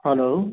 hello